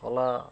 କଲା